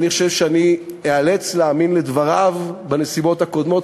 אני חושב שאני איאלץ להאמין לדבריו בנסיבות הקודמות,